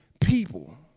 People